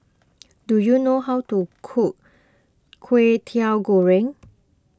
do you know how to cook Kwetiau Goreng